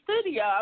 studio